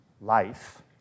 life